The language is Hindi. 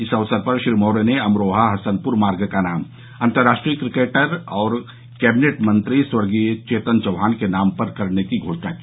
इस अवसर पर श्री मौर्य ने अमरोहा हसनपुर मार्ग का नाम अतर्राष्ट्रीय क्रिकेटर और कैबिनेट मंत्री स्वर्गीय चेतन चौहान के नाम पर करने की घोषणा की